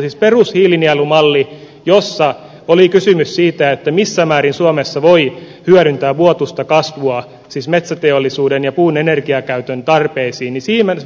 siis perushiilinielumalliin jossa oli kysymys siitä missä määrin suomessa voi hyödyntää vuotuista kasvua siis metsäteollisuuden ja puun energiakäytön tarpeisiin